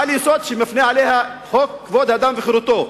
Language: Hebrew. שמפנה אליה חוק כבוד האדם וחירותו,